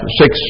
six